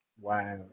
Wow